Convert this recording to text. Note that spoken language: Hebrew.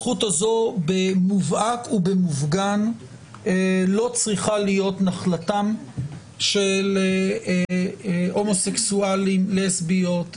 במובהק ובמופגן לא צריכה להיות נחלתם של הומוסקסואלים ולסביות,